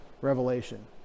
revelation